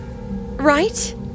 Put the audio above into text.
right